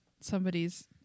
somebody's